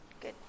Good